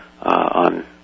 on